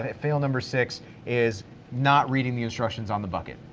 ah fail number six is not reading the instructions on the bucket.